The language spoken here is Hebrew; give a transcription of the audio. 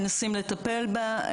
מנסים לטפל בה.